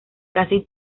casi